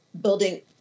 building